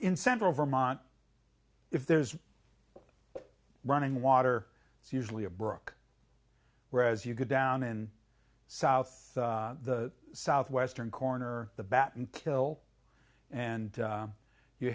in central vermont if there's running water it's usually a brook whereas you go down in south the southwestern corner the bat and kill and